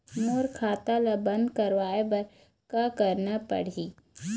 मोर खाता ला बंद करवाए बर का करना पड़ही?